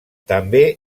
també